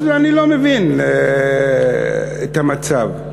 אז אני לא מבין את המצב.